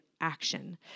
action